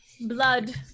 Blood